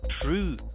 true